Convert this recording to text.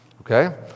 Okay